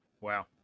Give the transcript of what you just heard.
Wow